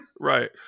Right